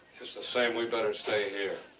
just the same, we better stay here.